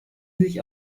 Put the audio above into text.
sich